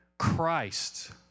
Christ